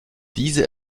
diese